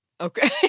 Okay